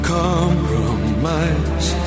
compromise